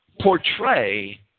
portray